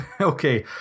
Okay